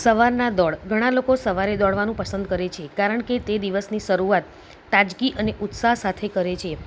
સવારનાં દોડ ઘણાં લોકો સવારે દોડવાનું પસંદ કરે છે કારણ કે તે દિવસની શરૂઆત તાજગી અને ઉત્સાહ સાથે કરે છે